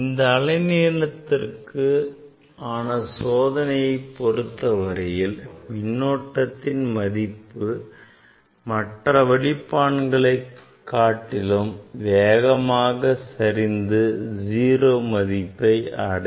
இந்த அலைநீளத்திற்கான சோதனையை பொறுத்தவரையில் மின்னோட்டத்தின் மதிப்பு மற்ற வடிப்பான்களை காட்டிலும் வேகமாக சரிந்து 0 மதிப்பை அடையும்